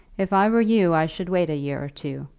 if i were you i should wait a year or two.